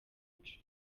muco